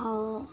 और